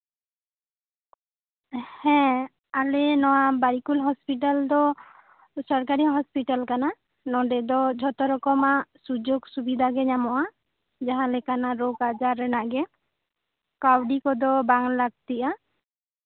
ᱦᱮᱸ ᱟᱞᱮ ᱱᱚᱣᱟ ᱵᱟᱨᱤᱠᱩᱞ ᱦᱚᱥᱯᱤᱴᱟᱞ ᱫᱚ ᱥᱚᱨᱠᱟᱨᱤ ᱦᱚᱥᱯᱤᱴᱟᱞ ᱠᱟᱱᱟ ᱱᱚᱰᱮ ᱫᱚ ᱡᱷᱚᱛᱚ ᱨᱚᱠᱚᱢᱟᱜ ᱥᱩᱡᱳᱜᱽ ᱥᱩᱵᱤᱫᱷᱟᱜᱮ ᱧᱟᱢᱚᱜᱼᱟ ᱡᱟᱦᱟ ᱞᱮᱠᱟᱱᱟᱜ ᱨᱳᱜ ᱟᱡᱟᱨ ᱨᱮᱱᱟᱜ ᱜᱮ ᱠᱟᱹᱣᱰᱤ ᱠᱚᱫᱚ ᱵᱟᱝ ᱞᱟᱹᱠᱛᱤᱜᱼᱟ